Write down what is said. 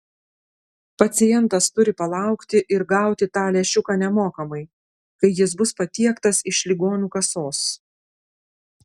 pacientas turi palaukti ir gauti tą lęšiuką nemokamai kai jis bus patiektas iš ligonių kasos